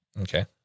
Okay